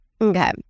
Okay